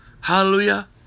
Hallelujah